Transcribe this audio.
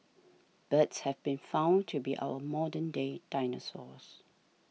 birds have been found to be our modern day dinosaurs